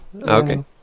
Okay